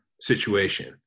situation